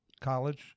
college